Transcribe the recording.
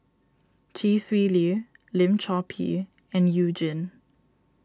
Chee Swee Lee Lim Chor Pee and You Jin